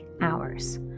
hours